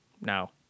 no